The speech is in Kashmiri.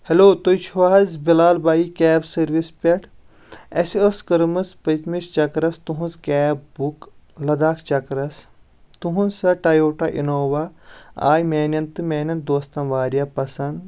ہٮ۪لو تُہۍ چھِو حظ بلال بایی کیب سٔروس پٮ۪ٹھ اسہِ ٲس کٔرمٕژ پٔتمِس چکرس تُہٕنٛز کیب بُک لداخ چکرس تُہٕنٛز سۄ ٹیوٹا انووا آیہِ میانٮ۪ن تہٕ میانٮ۪ن دوستن واریاہ پسنٛد